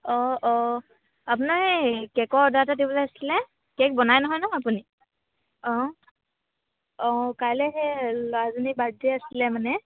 অঁ অঁ আপোনাৰ এই কেকৰ অৰ্ডাৰ এটা দিবলৈ আছিলে কেক বনাই নহয় ন আপুনি অঁ অঁ কাইলৈ সেই ল'ৰাজনীৰ বাৰ্থডে আছিলে মানে